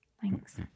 thanks